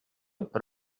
per